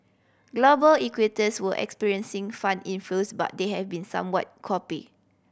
global equities were experiencing fund inflows but they have been somewhat copy